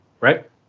right